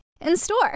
in-store